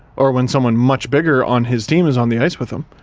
or when someone much bigger on his team is on the ice with him